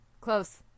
close